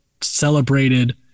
celebrated